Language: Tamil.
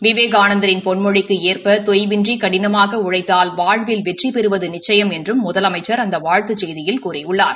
விவேகானந்தரின் பொன்மொழிக்கு ஏற்ப தொய்வின்றி கடினமாக உழைத்தால் வாழ்வில் வெற்றிபெறுவது நிச்சயம் என்றும் முதலமைச்சா் அந்த வாழ்த்துச் செய்தியில் கூறியுள்ளார்